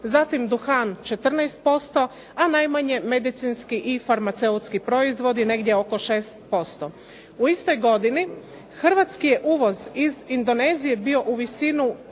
zatim duhan 14%, a najmanje medicinski i farmaceutski proizvodi negdje oko 6%. U istoj godini Hrvatski je izvoz iz Indonezije bio u visini